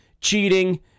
cheating